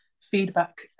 feedback